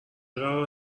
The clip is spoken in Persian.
قرار